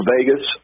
Vegas